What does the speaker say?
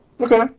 Okay